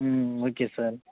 ம் okay sir